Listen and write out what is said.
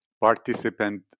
participant